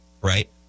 right